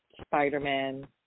Spider-Man